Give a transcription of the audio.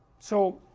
so,